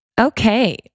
Okay